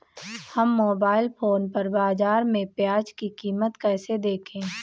हम mobile phone पर बाज़ार में प्याज़ की कीमत कैसे देखें?